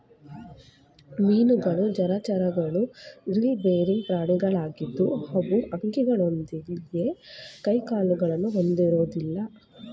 ಮೀನುಗಳು ಜಲಚರಗಳು gill bearing ಪ್ರಾಣಿಗಳಾಗಿದ್ದು ಅವು ಅಂಕೆಗಳೊಂದಿಗೆ ಕೈಕಾಲುಗಳನ್ನು ಹೊಂದಿರೋದಿಲ್ಲ